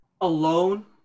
alone